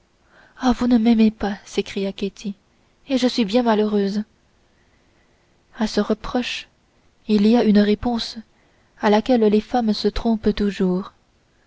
ah vous ne m'aimez pas s'écria ketty et je suis bien malheureuse à ce reproche il y a une réponse à laquelle les femmes se trompent toujours